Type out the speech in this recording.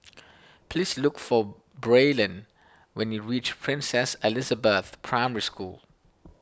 please look for Braylen when you reach Princess Elizabeth Primary School